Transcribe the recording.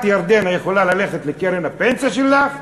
את, ירדנה, יכולה ללכת לקרן הפנסיה שלך,